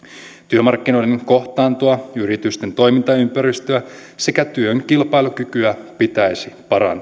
työmarkkinoiden kohtaantoa yritysten toimintaympäristöä sekä työn kilpailukykyä pitäisi parantaa